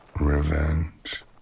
revenge